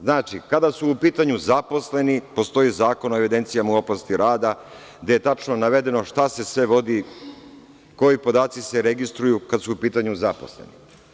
Znači, kada su u pitanju zaposleni, postoji Zakon o evidencijama u oblasti rada, gde je tačno navedeno šta se sve vodi, koji podaci se registraciju kada su u pitanju zaposleni.